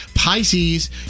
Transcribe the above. Pisces